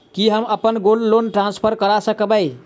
की हम अप्पन gold loan transfer करऽ सकबै?